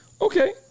Okay